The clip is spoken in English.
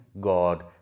God